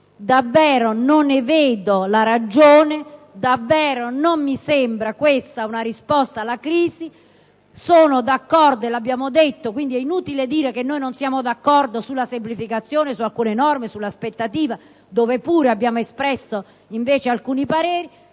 Davvero non ne vedo la ragione; davvero non mi sembra sia questa una risposta alla crisi. Sono d'accordo - e l'abbiamo detto, quindi è inutile dire che noi non siamo d'accordo - sulla semplificazione, su alcune norme, sull'aspettativa, dove abbiamo pure espresso alcuni pareri.